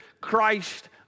Christ